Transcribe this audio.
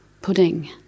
pudding